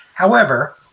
however,